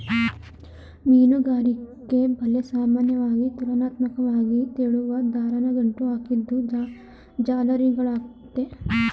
ಮೀನುಗಾರಿಕೆ ಬಲೆ ಸಾಮಾನ್ಯವಾಗಿ ತುಲನಾತ್ಮಕ್ವಾಗಿ ತೆಳುವಾದ್ ದಾರನ ಗಂಟು ಹಾಕಿದ್ ಜಾಲರಿಗಳಾಗಯ್ತೆ